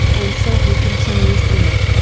and so he continues in it.